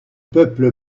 peuple